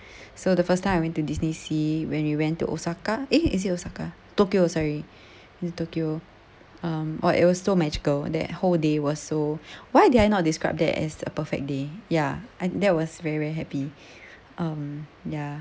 so the first time I went to disneysea when we went to osaka eh is it osaka tokyo sorry it's tokyo um oh it was so magical that whole day was so why did I not describe that as a perfect day ya and that was very very happy um ya